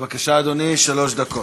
בבקשה, אדוני, שלוש דקות.